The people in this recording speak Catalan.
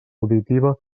auditiva